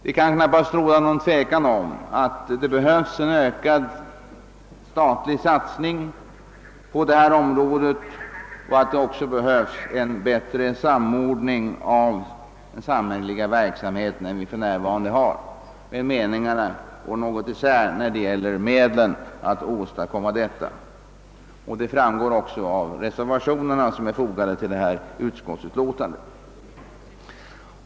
Det kan knappast råda någon tvekan om att det behövs en ökad statlig satsning på detta område och att det också behövs en bättre samordning av den samhälleliga verksamheten, men meningarna går isär när det gäller medlen att åstadkomma detta. Detta framgår också av de reservationer som är fogade till föreliggande utskottsutlåtande.